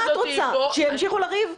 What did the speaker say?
שימשיכו לריב?